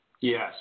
Yes